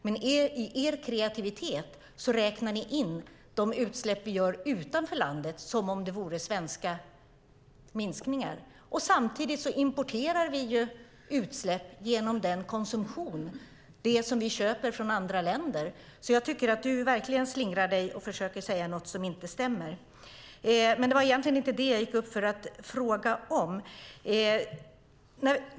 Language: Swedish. Men i er kreativitet räknar ni in de utsläpp som vi gör utanför landet som om de vore svenska minskningar. Samtidigt importerar vi utsläpp genom det som vi köper från andra länder och konsumerar. Jag tycker därför att du verkligen slingrar dig, Christian Holm, och försöker säga något som inte stämmer. Men det var egentligen inte det som jag skulle fråga om.